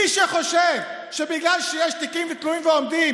מי שחושב שבגלל שיש תיקים תלויים ועומדים